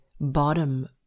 bottom